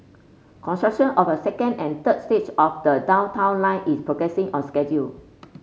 construction of a second and third stage of the Downtown Line is progressing on schedule